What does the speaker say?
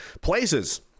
places